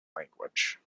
language